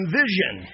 vision